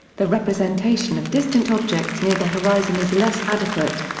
the representation of distant objects near the horizon is less adequate.